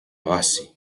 base